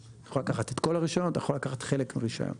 אתה יכול לקחת את כל הרישיון ואתה יכול לקחת חלק מהרישיון.